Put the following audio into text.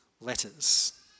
letters